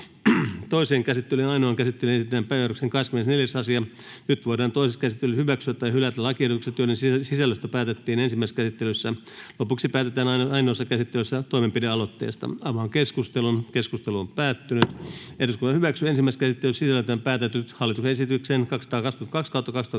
Toiseen käsittelyyn ja ainoaan käsittelyyn esitellään päiväjärjestyksen 10. asia. Nyt voidaan toisessa käsittelyssä hyväksyä tai hylätä lakiehdotus, jonka sisällöstä päätettiin ensimmäisessä käsittelyssä. Lopuksi päätetään ainoassa käsittelyssä toimenpidealoitteesta. — Keskustelu, edustaja Myllykoski. Arvoisa herra puhemies! Nyt käsittelyssä oleva hallituksen esitys